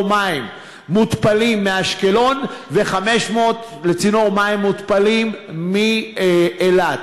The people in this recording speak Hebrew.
מים מותפלים מאשקלון ו-500 לצינור מים מותפלים מאילת.